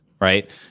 Right